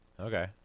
Okay